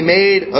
made